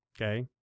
Okay